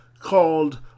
called